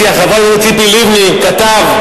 חבר הכנסת בוים, הוא לא אומר את דעתך מה זה שייך.